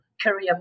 career